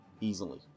easily